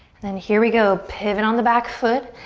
and then here we go, pivot on the back foot,